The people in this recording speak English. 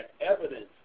evidence